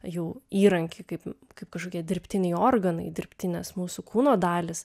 jų įrankį kaip kaip kažkokie dirbtiniai organai dirbtinės mūsų kūno dalys